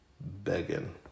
begging